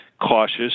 cautious